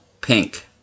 pink